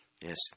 Yes